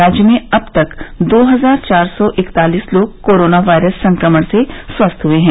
राज्य में अब तक दो हजार चार सौ इकतालीस लोग कोरोना वायरस संक्रमण से स्वस्थ हुए हैं